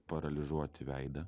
paralyžiuoti veidą